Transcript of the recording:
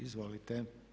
Izvolite.